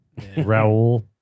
Raul